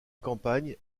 campagne